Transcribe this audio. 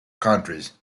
countries